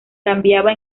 cambiaba